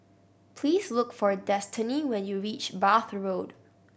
please look for Destany when you reach Bath Road